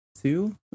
two